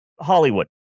Hollywood